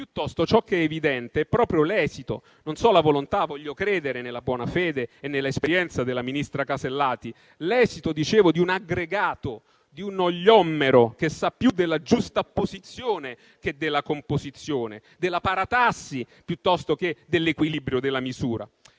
ciò che è evidente è proprio l'esito, non so la volontà, voglio credere nella buona fede e nell'esperienza della ministra Casellati, l'esito, dicevo, di un aggregato, di uno gliommero che sa più della giustapposizione che della composizione, della paratassi piuttosto che dell'equilibrio, della misura.